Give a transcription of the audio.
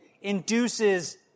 induces